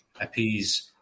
appease